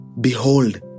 Behold